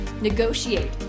negotiate